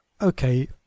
okay